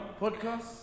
Podcast